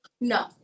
no